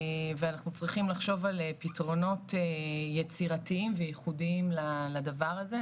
ואנחנו צריכים לחשוב על פתרונות יצירתיים וייחודיים לדבר הזה,